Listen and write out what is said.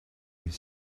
his